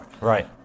Right